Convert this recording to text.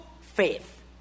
faith